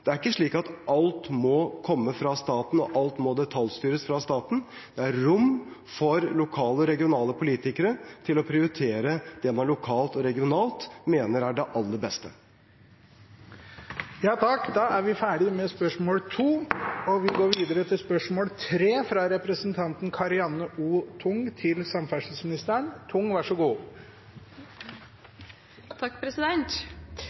på, er det fullt mulig for Buskeruds egne politikere å prioritere det. Det er ikke slik at alt må komme fra staten, og at alt må detaljstyres fra staten. Det er rom for lokale og regionale politikere til å prioritere det man lokalt og regionalt mener er det aller beste. «Ny Sluppen bru på riksvei 706 i Trondheim inngår i Miljøpakken og